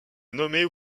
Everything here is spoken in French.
nommée